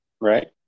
Right